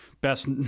best